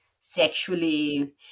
sexually